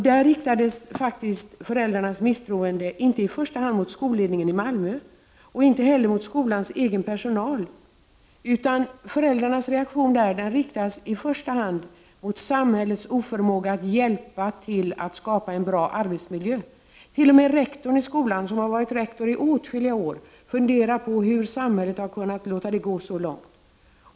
Där riktades föräldrarnas misstroende inte i första hand mot skolledningen i Malmö, inte heller mot skolans egen personal utan mot samhällets oförmåga att hjälpa till att skapa en bra arbetsmiljö. T.o.m. rektorn i skolan, som har varit rektor i åtskilliga år, funderar på hur samhället har låtit det gå så långt.